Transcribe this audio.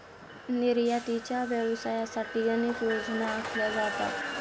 निर्यातीच्या व्यवसायासाठी अनेक योजना आखल्या जातात